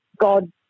God